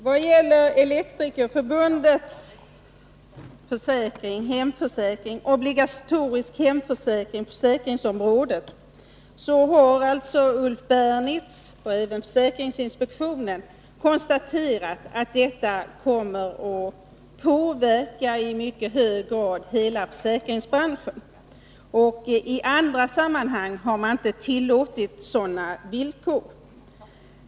; Vad gäller Elektrikerförbundets obligatoriska hemförsäkring har alltså Ulf Berlitz och även försäkringsinspektionen konstaterat att detta beslut i hög grad kommer att påverka hela försäkringsbranschen. I andra sammanhang har man inte tillåtit sådana villkor.